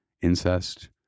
incest